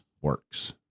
works